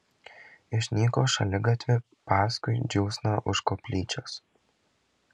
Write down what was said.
išnyko šaligatviu paskui džiūsną už koplyčios